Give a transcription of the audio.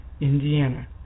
Indiana